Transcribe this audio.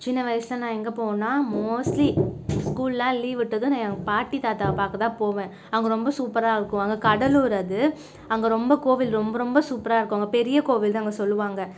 சின்ன வயசில் நான் எங்கே போவன்னா மோஸ்ட்லி ஸ்கூல்லாம் லீவ் விட்டதும் நான் பாட்டி தாத்தாவை பார்க்கத்தான் போவேன் அங்கே ரொம்ப சூப்பராக இருக்கும் அங்கே கடலூர் அது அங்கே ரொம்ப கோவில் ரொம்ப ரொம்ப சூப்பராக இருக்கும் அங்கே பெரிய கோவில் தான் அங்கே சொல்லுவாங்கள்